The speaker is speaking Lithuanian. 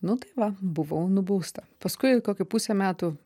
nu tai va buvau nubausta paskui kokį pusę metų